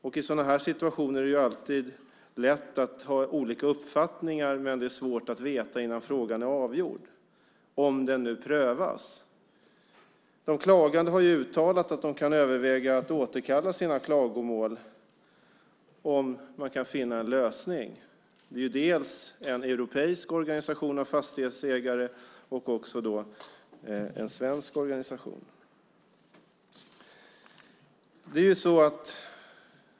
I sådana här situationer är det alltid lätt att ha olika uppfattningar, men det är svårt att veta innan frågan är avgjord - om den nu prövas. De klagande har uttalat att de kan överväga att återkalla sina klagomål om man kan finna en lösning. Det är dels en europeisk organisation av fastighetsägare, dels en svensk organisation.